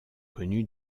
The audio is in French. connu